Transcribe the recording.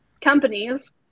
Companies